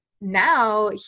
now